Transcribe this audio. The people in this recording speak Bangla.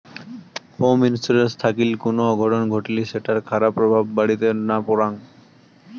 হোম ইন্সুরেন্স থাকিল কুনো অঘটন ঘটলি সেটার খারাপ প্রভাব বাড়িতে না পরাং